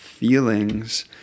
feelings